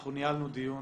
אנחנו ניהלנו דיון,